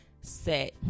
set